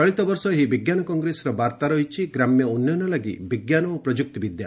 ଚଳିତବର୍ଷ ଏହି ବିଜ୍ଞାନ କଂଗ୍ରେସର ବାର୍ତ୍ତା ରହିଛି 'ଗ୍ରାମ୍ୟ ଉନ୍ନୟନ ଲାଗି ବିଜ୍ଞାନ ଓ ପ୍ରମ୍ଭକ୍ତିବିଦ୍ୟା